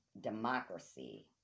democracy